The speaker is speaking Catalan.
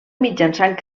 mitjançant